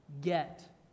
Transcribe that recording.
get